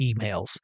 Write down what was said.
emails